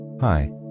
Hi